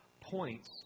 points